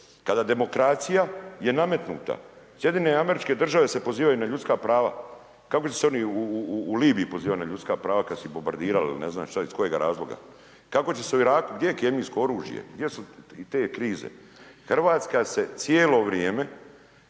kada demokracija je nametnuta. SAD se pozivaju na ljudska prava, kako će se oni u Libiji pozivat na ljudska prava kad su ih bombardirali ili ne znam šta iz kojega razloga, kako će se u Iraku, gdje je kemijsko oružje, gdje su i te krize? Hrvatska se cijelo vrijeme